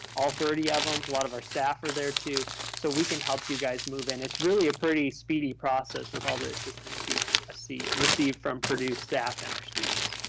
all thirty of them. a lot of our staff are there too so we can help you guys move in. it's really a pretty speedy process with all the assistance you ah receive from purdue staff and our students?